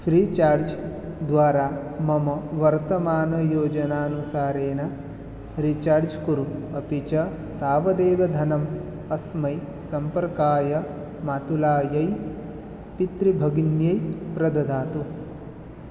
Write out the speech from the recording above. free charge द्वारा मम वर्तमानयोजनानुसारेण रीचार्ज् कुरु अपि च तावदेव धनम् अस्मै सम्पर्काय मातुलायै पितृभगिन्यै प्रददातु